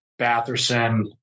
Batherson